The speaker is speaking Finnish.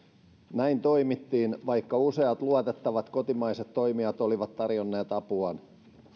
näin toimittiin vaikka useat luotettavat kotimaiset toimijat olivat tarjonneet apuaan